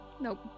Nope